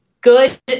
good